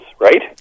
right